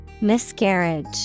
Miscarriage